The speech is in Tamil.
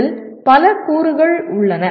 இதில் பல கூறுகள் உள்ளன